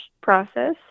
process